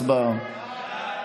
הצבעה.